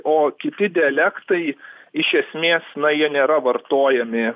o kiti dialektai iš esmės na jie nėra vartojami